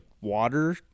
Water